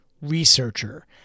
researcher